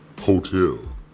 hotel